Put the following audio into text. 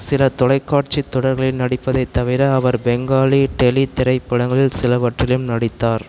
சில தொலைக்காட்சித் தொடர்களில் நடிப்பதைத் தவிர அவர் பெங்காலி டெலித் திரைப்படங்கள் சிலவற்றிலும் நடித்தார்